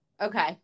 Okay